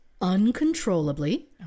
uncontrollably